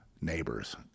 neighbors